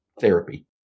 therapy